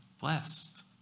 blessed